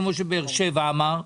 כמו שנציג באר שבע אמר,